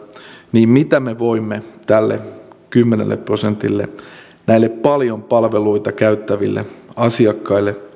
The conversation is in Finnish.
niin mitä me voimme tälle kymmenelle prosentille näille paljon palveluita käyttäville asiakkaille